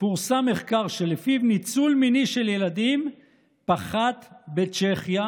פורסם מחקר שלפיו ניצול מיני של ילדים פחת בצ'כיה,